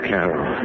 Carol